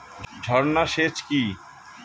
ঝর্না সেচ কি?